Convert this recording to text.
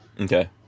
okay